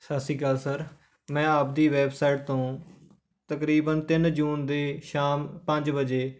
ਸਤਿ ਸ਼੍ਰੀ ਅਕਾਲ ਸਰ ਮੈਂ ਆਪ ਦੀ ਵੈੱਬਸਾਈਟ ਤੋਂ ਤਕਰੀਬਨ ਤਿੰਨ ਜੂਨ ਦੇ ਸ਼ਾਮ ਪੰਜ ਵਜੇ